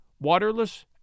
waterless